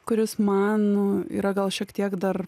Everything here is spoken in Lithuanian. kuris man yra gal šiek tiek dar